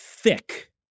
thick